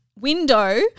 window